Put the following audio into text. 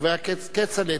חבר הכנסת כצל'ה.